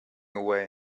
away